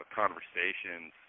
conversations